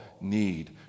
need